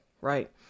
right